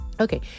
Okay